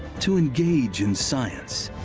to engage in science,